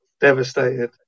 devastated